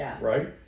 right